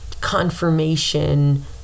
confirmation